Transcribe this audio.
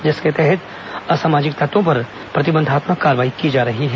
जिसके तहत असामाजिक तत्वों पर प्रतिबंधात्मक कार्रवाई की जा रही है